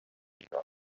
ایران